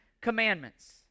Commandments